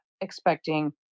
expecting